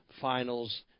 finals